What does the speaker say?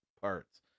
parts